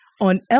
on